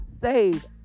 Save